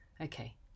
Okay